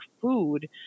food